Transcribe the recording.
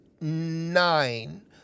nine